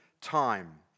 time